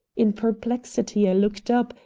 in perplexity i looked up,